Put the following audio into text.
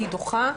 היא דוחה.